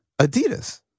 Adidas